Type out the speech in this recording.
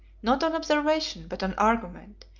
not on observation, but on argument,